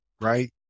right